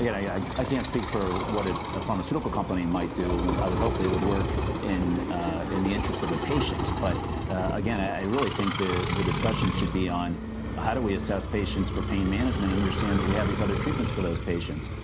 yeah i i can't speak for what ah a pharmaceutical company might do. i would hope they would work in in the interest of the patient. but again, i really think the the discussion should be on how do we assess patients for pain management and understand we have these other treatments for those patients.